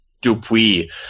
Dupuis